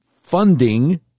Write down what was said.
funding